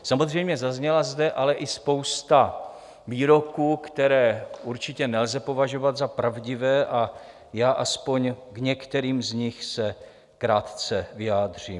Samozřejmě, zazněla zde ale i spousta výroků, které určitě nelze považovat za pravdivé, a já se aspoň k některým z nich krátce vyjádřím.